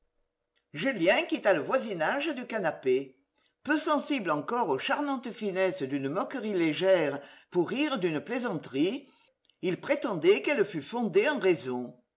julien quitta le voisinage du canapé peu sensible encore aux charmantes finesses d'une moquerie légère pour rire d'une plaisanterie il prétendait qu'elle fût fondée en raison